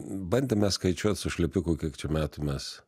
bandėm mes skaičiuot su šlepiku kiek čia metų mes